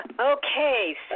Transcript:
okay